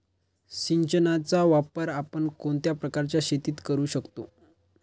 सिंचनाचा वापर आपण कोणत्या प्रकारच्या शेतीत करू शकतो?